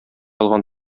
алган